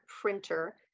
printer